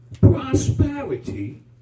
prosperity